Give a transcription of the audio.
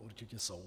Určitě jsou.